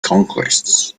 conquests